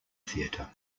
theatre